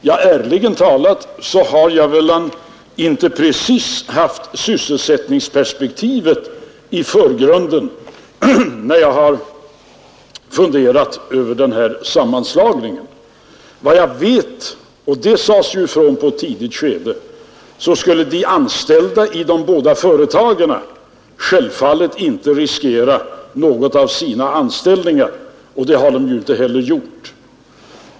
Ja ärligt talat har jag väl inte precis haft sysselsättningsperspektivet i förgrunden, när jag har funderat över denna sammanslagning. Efter vad jag vet — det sades ju ifrån i ett tidigt skede — skulle de anställda i de båda företagen självfallet inte riskera sina anställningar, och det har de inte heller gjort.